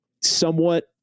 somewhat